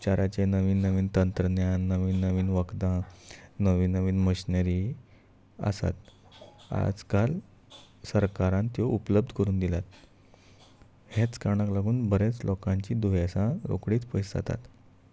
उपचाराचे नवीन नवीन तंत्रज्ञान नवीन नवीन वखदां नवीन नवीन मशिनरी आसात आज काल सरकारान त्यो उपलब्ध करून दिल्यात हेच कारणाक लागून बरेंच लोकांची दुयेंसां रोखडीच पयस जातात